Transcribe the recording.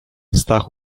stach